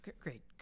Great